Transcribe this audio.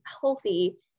healthy